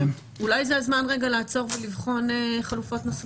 אולי זה הזמן רגע לעצור ולבחון חלופות נוספות.